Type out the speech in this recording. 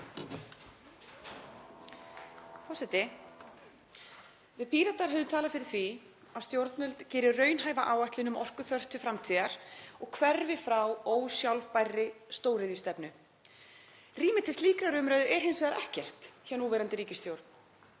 Forseti. Við Píratar höfum talað fyrir því að stjórnvöld geri raunhæfa áætlun um orkuþörf til framtíðar og hverfi frá ósjálfbærri stóriðjustefnu. Rými til slíkrar umræðu er hins vegar ekkert hjá núverandi ríkisstjórn.